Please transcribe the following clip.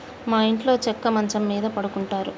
మా ఇంట్లో చెక్క మంచం మీద పడుకుంటారు